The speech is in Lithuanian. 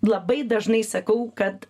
labai dažnai sakau kad